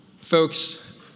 Folks